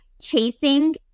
chasing